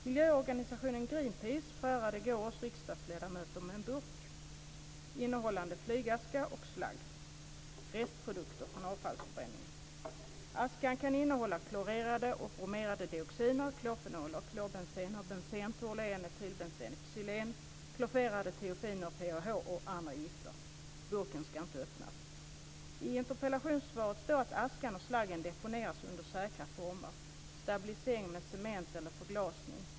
Miljöorganisationen Greenpeace förärade i går oss riksdagsledamöter en burk innehållande flygaska och slagg; restprodukter från avfallsförbränningen. Askan kan innehålla klorerade och bromerade dioxiner, klorfenoler, klorbensener, bensen, toluen, etylbensin, xylen, klorerade thiofener, PAH och andra gifter. Bruken ska inte öppnas! I interpellationssvaret står det att askan och slaggen deponeras under säkra former: stabilisering med cement eller förglasning.